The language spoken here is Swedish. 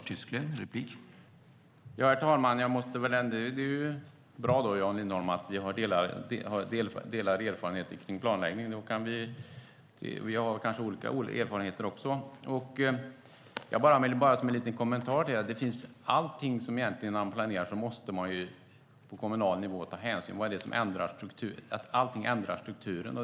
Herr talman! Det är bra, Jan Lindholm, att vi har delade erfarenheter kring planläggning! Vi har kanske olika erfarenheter också, och jag vill bara som en liten kommentar säga att alltid när man planerar på kommunal nivå måste man ta hänsyn till att sådant här ändrar strukturen.